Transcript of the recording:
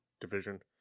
division